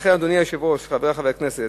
לכן, אדוני היושב-ראש, חברי חברי הכנסת,